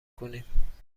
کنیم